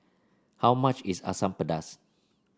how much is Asam Pedas